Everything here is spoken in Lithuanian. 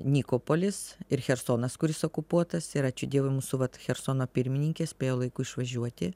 nikopolis ir chersonas kuris okupuotas ir ačiū dievui mūsų vat chersono pirmininkė spėjo laiku išvažiuoti